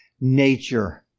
nature